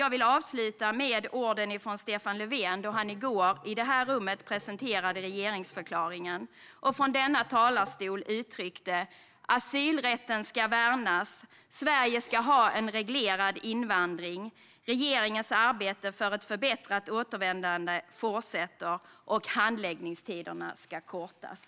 Jag vill avsluta med orden från Stefan Löfven, då han i går, i detta rum, presenterade regeringsförklaringen och från denna talarstol uttryckte att asylrätten ska värnas, att Sverige ska ha en reglerad invandring, att regeringens arbete för ett förbättrat återvändande fortsätter och att handläggningstiderna ska kortas.